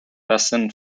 basin